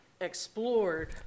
explored